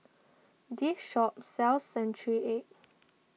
this shop sells Century Egg